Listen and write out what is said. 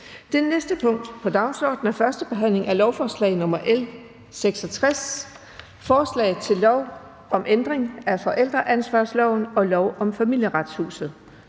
Det næste punkt på dagsordenen er: 4) 1. behandling af lovforslag nr. L 66: Forslag til lov om ændring af forældreansvarsloven og lov om Familieretshuset.